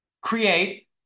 create